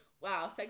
wow